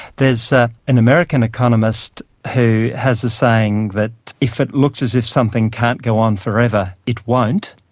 there's an american economist who has a saying that if it looks as if something can't go on for ever, it won't.